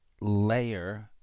layer